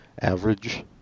average